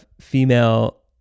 female